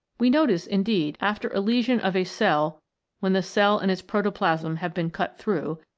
we notice, indeed, after a lesion of a cell when the cell and its proto plasm have been cut through,